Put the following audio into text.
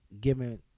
given